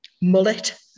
Mullet